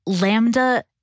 Lambda